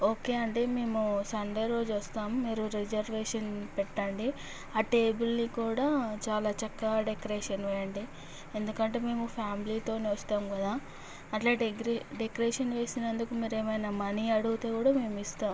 okay అండి మేము Sunday రోజు వస్తాము మీరు రిజర్వేషన్ పెట్టండి ఆ టేబుల్ని కూడా చాలా చక్కగా డెకొరేషన్ చెయ్యండి ఎందుకంటే మేము ఫ్యామిలీతోని వస్తాము కదా అలా డెకొరే డెకొరేషన్ చేసినందుకు మీరు ఏమైనా మనీ అడిగితే కూడా మేము ఇస్తాము